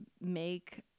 make